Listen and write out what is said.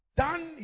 done